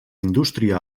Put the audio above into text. indústria